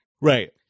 right